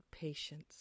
Patience